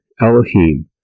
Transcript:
Elohim